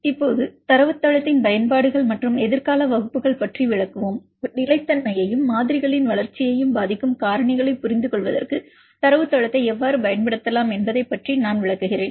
இப்போது இப்போது தரவுத்தளத்தின் பயன்பாடுகள் மற்றும் எதிர்கால வகுப்புகள் பற்றி விளக்குவோம் நிலைத்தன்மையையும் மாதிரிகளின் வளர்ச்சியையும் பாதிக்கும் காரணிகளைப் புரிந்துகொள்வதற்கு தரவுத்தளத்தை எவ்வாறு பயன்படுத்தலாம் என்பது பற்றி நான் விளக்குகிறேன்